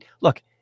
look